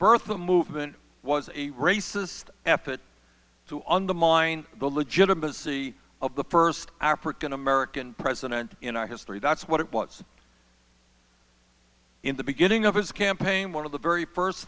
birth of the movement was a racist effort to undermine the legitimacy of the first african american president in our history that's what it was in the beginning of his campaign one of the very first